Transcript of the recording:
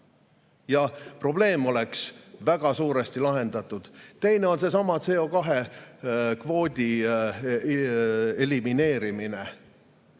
Ja probleem oleks väga suuresti lahendatud. Teine on seesama CO2-kvoodi elimineerimine.